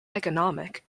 economic